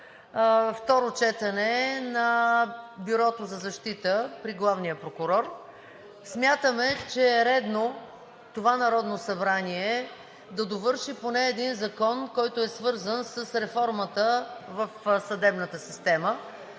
второ четене на Бюрото за защита при главния прокурор. Смятаме, че е редно това Народно събрание да довърши поне един закон, който е свързан с реформата в съдебната система.